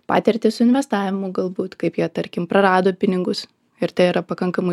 patirtį su investavimu galbūt kaip jie tarkim prarado pinigus ir tai yra pakankamai